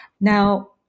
Now